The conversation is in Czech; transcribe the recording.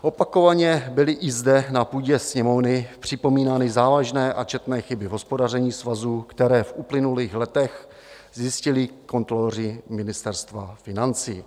Opakovaně byly i zde na půdě Sněmovny připomínány závažné a četné chyby hospodaření Svazu, které v uplynulých letech zjistili kontroloři Ministerstva financí.